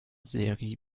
seri